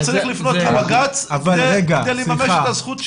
הוא צריך לפנות לבג"צ כדי ממש את הזכות שלו?